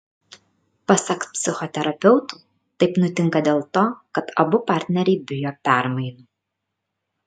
pasak psichoterapeutų taip nutinka dėl to kad abu partneriai bijo permainų